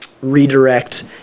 redirect